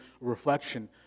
reflection